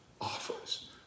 offers